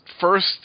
first